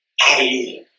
Hallelujah